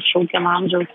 šaukiamo amžiaus